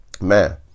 man